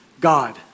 God